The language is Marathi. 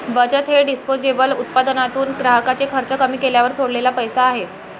बचत हे डिस्पोजेबल उत्पन्नातून ग्राहकाचे खर्च कमी केल्यावर सोडलेला पैसा आहे